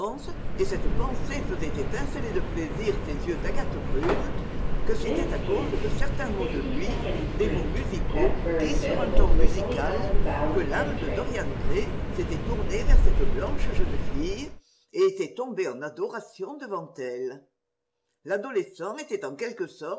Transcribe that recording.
et cette pensée faisait étinceler de plaisir ses yeux d'agate brune que c'était à cause de certains mots de lui des mots musicaux dits sur un ton musical que l'âme de dorian gray s'était tournée vers cette blanche jeune fille et était tombée en adoration devant elle l'adolescent était en quelque sorte